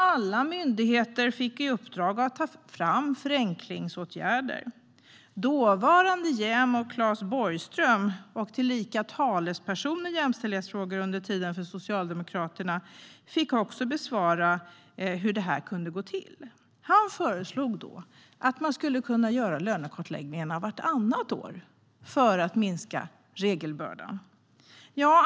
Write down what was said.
Alla myndigheter fick i uppdrag att ta fram förenklingsåtgärder. Dåvarande JämO Claes Borgström, tillika talesperson i jämställdhetsfrågor för Socialdemokraterna på den tiden, fick också svara på hur detta skulle kunna gå till. Han föreslog då att lönekartläggningar skulle kunna göras vartannat år, för att minska regelbördan.